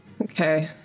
okay